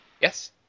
Yes